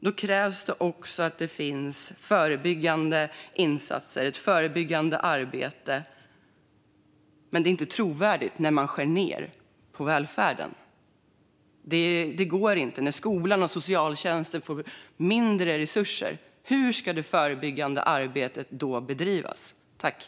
Det krävs också förebyggande insatser, ett förebyggande arbete. Men det är inte trovärdigt när man skär ned på välfärden. Det går inte. Hur ska det förebyggande arbetet bedrivas när skolan och socialtjänsten får mindre resurser?